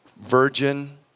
Virgin